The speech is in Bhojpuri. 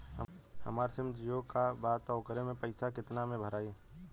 हमार सिम जीओ का बा त ओकर पैसा कितना मे भराई?